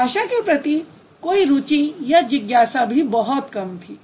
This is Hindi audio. भाषा के प्रति कोई रुचि या जिज्ञासा भी बहुत कम थी